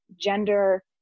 gender